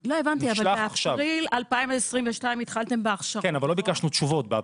הבנתי, אבל באפריל 2022 התחלתם בהכשרות.